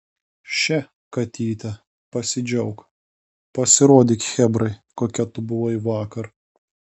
še katyte pasidžiauk pasirodyk chebrai kokia tu buvai vakar